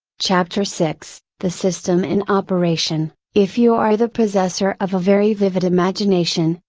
chapter six the system in operation if you are the possessor of a very vivid imagination,